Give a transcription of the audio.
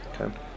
Okay